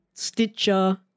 Stitcher